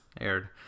aired